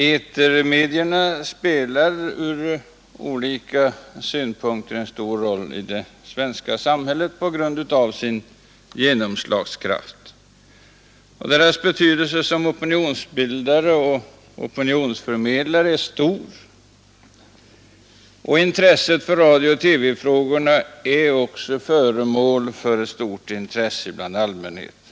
Etermedierna spelar ur olika synpunkter en stor roll i det svenska samhället på grund av sin genomslagskraft. Deras betydelse som opinonsbildare och opinioansförmedlare är stor. Radiooch TV-frågorna är föremål för livligt intresse bland allmänheten.